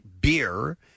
beer